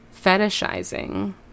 fetishizing